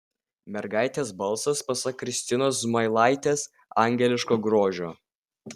mergaitės balsas pasak kristinos zmailaitės angeliško grožio